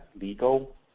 legal